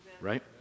Right